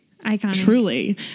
Truly